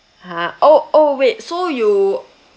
!huh! oh oh wait so you